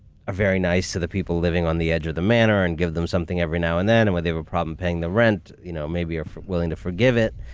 are very nice to the people living on the edge of the manor and give them something every now and then, and when they have a problem paying the rent, you know, maybe are willing to forgive it.